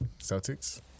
Celtics